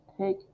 Take